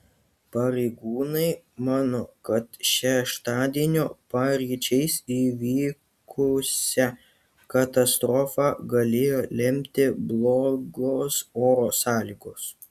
pareigūnai mano kad šeštadienio paryčiais įvykusią katastrofą galėjo lemti blogos oro sąlygos